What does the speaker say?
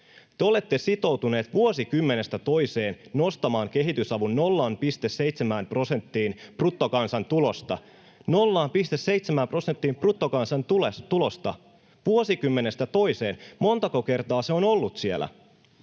Te olette sitoutuneet vuosikymmenestä toiseen nostamaan kehitysavun 0,7 prosenttiin bruttokansantulosta, [Anne Kalmari: Miten tämä liittyy tähän?] 0,7 prosenttiin bruttokansantulosta, vuosikymmenestä toiseen. Montako kertaa se on ollut siellä?